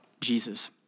Jesus